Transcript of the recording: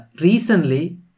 Recently